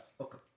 Okay